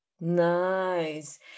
Nice